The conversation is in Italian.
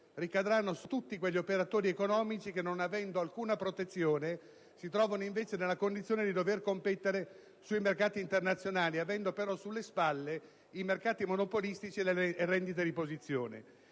ricadranno su tutti gli operatori economici che, non godendo di alcuna protezione, si trovano nella condizione di dover competere sui mercati internazionali avendo, però, sulle spalle i mercati monopolistici e le rendite di posizione.